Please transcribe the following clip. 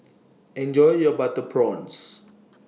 Enjoy your Butter Prawns